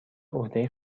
عهده